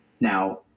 Now